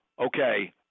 okay